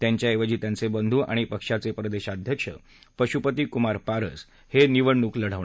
त्यांच्याऐवजी त्यांचे बंधू आणि पक्षाचे प्रदेशाध्यक्ष पशुपती कुमार पारस हे निवडणूक लढणार आहेत